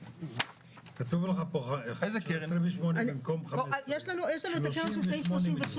כתוב לך פה: 28 במקום 15. כתוב בסעיף 36: